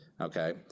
okay